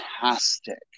fantastic